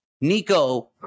Nico